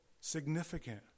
significant